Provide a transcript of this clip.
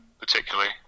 particularly